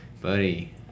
buddy